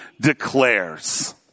declares